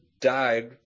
died